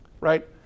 right